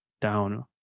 down